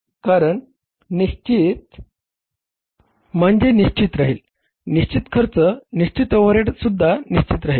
कारण निश्चित म्हणजे निश्चित राहील निश्चित खर्च निश्चित ओव्हरहेड सुद्धा निश्चित राहील